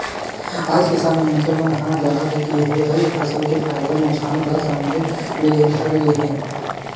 आज किसान मनखे मन ह जाग गे हे अउ फसल के फायदा नुकसान ल समझे ल धर ले हे